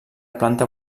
planta